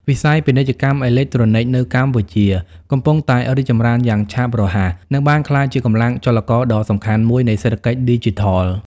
វិស័យពាណិជ្ជកម្មអេឡិចត្រូនិក នៅកម្ពុជាកំពុងតែរីកចម្រើនយ៉ាងឆាប់រហ័ស និងបានក្លាយជាកម្លាំងចលករដ៏សំខាន់មួយនៃសេដ្ឋកិច្ចឌីជីថល។